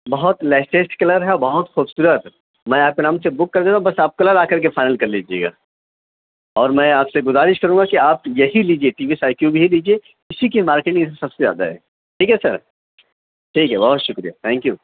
بہت latest colour ہے اور بہت خوبصورت میں آپ کے نام سے بک کر دیتا ہوں بس آپ کلر آ کر کے فائنل کر لیجیے گا اور میں آپ سے گذارش کروں گا کہ آپ یہی لیجیے T V S iQube یہی لیجیے اسی کی مارکیٹنگ یہاں سب سے زیادہ ہے ٹھیک ہے سر ٹھیک ہے بہت شکریہ تھینک یو